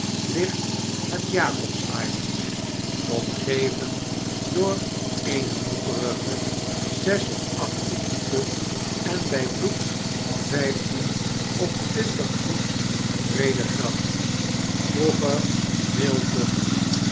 ligt het j acobs island omgeven door eene modderige zes of acht voet diepe en bij vloed vijftien of twintig voet breede gracht vroeger mill pond